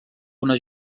una